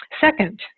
Second